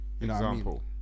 Example